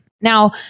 Now